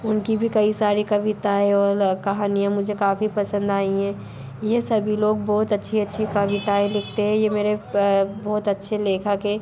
उनकी भी कई सारी कविताएँ और कहानियां मुझे काफ़ी पसंद आई हैं ये सभी लोग बहुत अच्छी अच्छी कविताएं लिखते हैं ये मेरे बहुत अच्छे लेखक है